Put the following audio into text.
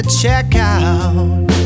checkout